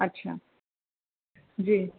अछा जी